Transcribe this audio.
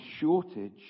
shortage